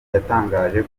yatangaje